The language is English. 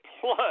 plus